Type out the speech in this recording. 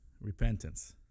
repentance